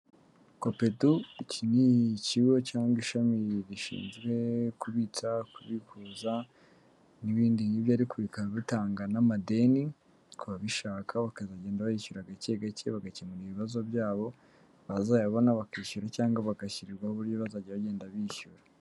KOPEDU, iki ni ikigo cyangwa ishami rishinzwe kubitsa, kubihuza n'ibindi nk'ibyo, ariko bikaba bitanga n'amadeni ku babishaka, bakazagenda bayishyura gake gake, bagakemura ibibazo byabo, bazayabona bakishyura cyangwa bagashyirirwaho uburyo bazajya bagenda bishyura.